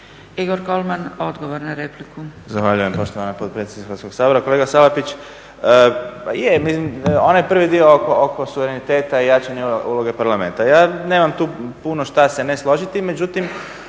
**Kolman, Igor (HNS)** Zahvaljujem poštovana potpredsjednice Hrvatskog sabora. Kolega Salapić, pa je. Onaj prvi dio oko suvereniteta i jačanja uloge parlamenta. Ja nemam tu puno šta se ne složiti. Međutim,